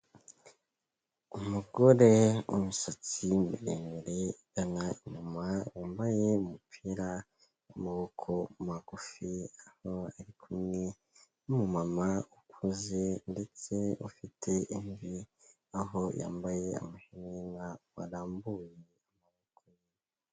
Umugore w'umusatsi muremure igana inyuma, wambaye umupira wamaboko magufi aho ari kumwe numu mama ukuze ndetse ufite imvi. Aho yambaye amahereka warambuye amaboko.